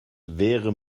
wäre